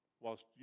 whilst